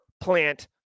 plant